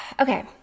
Okay